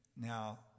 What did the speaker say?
Now